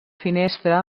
finestra